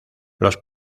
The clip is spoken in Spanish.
los